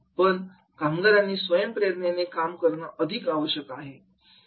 पण कामगारांनी स्वयंप्रेरणेने काम करणं अधिक आवश्यक आहे